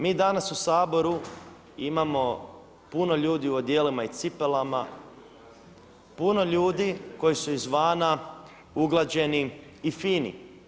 Mi danas u Saboru imamo puno ljudi u odijelima i cipelama, puno ljudi koji su izvana uglađeni i fini.